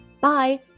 Bye